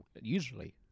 Usually